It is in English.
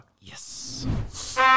Yes